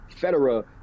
Federer